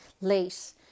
late